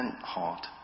heart